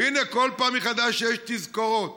והינה, כל פעם מחדש יש תזכורות